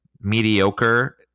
mediocre